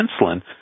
insulin